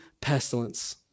pestilence